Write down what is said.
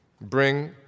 Bring